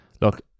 look